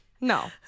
no